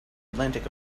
atlantic